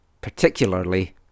particularly